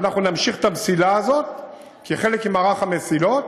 אנחנו נמשיך את המסילה הזאת כחלק ממערך המסילות,